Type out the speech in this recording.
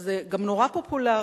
זה גם נורא פופולרי.